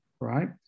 right